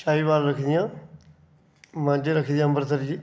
शाहीवाल रक्खी दियां मंज रक्खी दी अंबरसरी जी